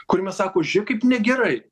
kuriame sako žiūrėk kaip negerai